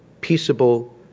peaceable